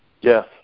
yes